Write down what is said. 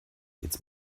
jetzt